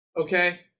Okay